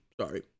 Sorry